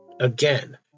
again